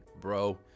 bro